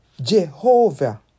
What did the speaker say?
Jehovah